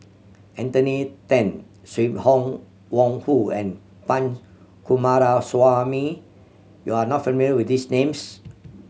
Anthony Then Sim Wong Hoo and Punch Coomaraswamy you are not familiar with these names